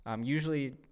Usually